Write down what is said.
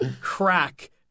crack